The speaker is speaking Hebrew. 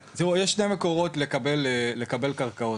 נכון.